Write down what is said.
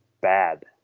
bad